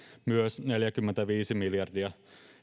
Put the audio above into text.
myös neljäkymmentäviisi miljardia